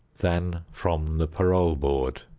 than from the parole board.